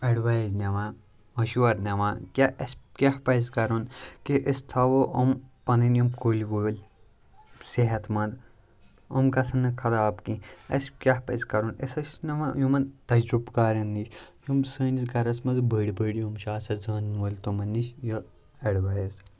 advice نِوان مَشوَرٕ نِوان کہِ اَسہِ کیٛاہ پَزِ کَرُن کہِ أسۍ تھاوَو یِم پَنٕنۍ یِم کُلۍ وُلۍ صحت منٛد یِم گژھن نہٕ خراب کینٛہہ اَسہِ کیٛاہ پَزِ کَرُن أسۍ یِمَن تجرُبہٕ کارَن نِش یِم سٲنِس گَرَس منٛز بٔڑۍ بٔڑۍ یِم چھِ آسان زانَن وٲلۍ تِمَن نِش یہِ اٮ۪ڈوایس